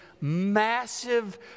massive